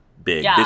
big